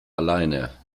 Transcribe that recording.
alleine